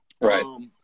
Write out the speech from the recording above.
Right